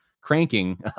cranking